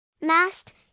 mast